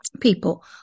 people